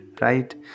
right